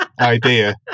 idea